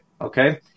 okay